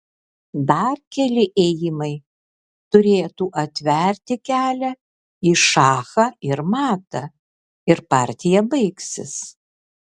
dar keli ėjimai turėtų atverti kelią į šachą ir matą ir partija baigsis